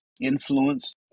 influence